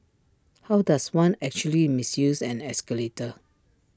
how does one actually misuse an escalator